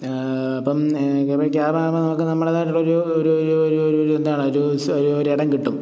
അപ്പോള് ഇപ്പോള് ക്യാബാകുമ്പോള് നമുക്ക് നമ്മുടേതായിട്ടുള്ളൊരു ഒരു ഒരു ഒരു ഒരു എന്താണ് ഒരു ഒരിടം കിട്ടും